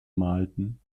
malten